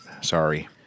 sorry